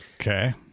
okay